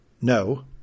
No